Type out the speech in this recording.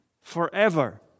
forever